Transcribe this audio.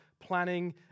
planning